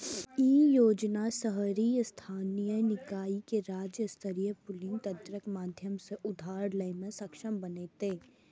ई योजना शहरी स्थानीय निकाय कें राज्य स्तरीय पूलिंग तंत्रक माध्यम सं उधार लै मे सक्षम बनेतै